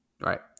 Right